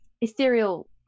ethereal